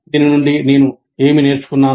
దీని నుండి నేను ఏమి నేర్చుకున్నాను